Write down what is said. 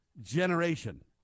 Generation